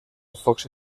fox